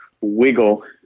wiggle